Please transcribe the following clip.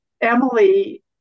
Emily